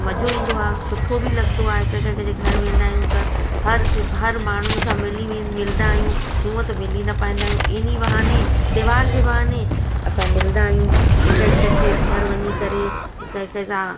मज़ो ईंदो आहे सुठो बि लॻंदो आहे हिकु हिकु हिक जे घरु वेंदा आहियूं त हर ते हर माण्हुनि सां मिली मिलंदा आयूं हूअं त मिली न पाईंदा आहियूं इनी बहाने त्योहार जे बहाने असां मिलंदा आहियूं हिक हिक खे घरु वञी करे हिक हिक सां